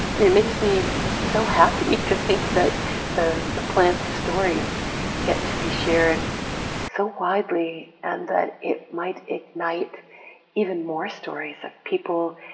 it makes me so happy to think that the the plants' stories get to be shared so widely and that it might ignite even more stories of people,